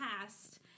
past